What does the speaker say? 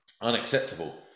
Unacceptable